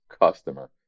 customer